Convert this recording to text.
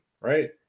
Right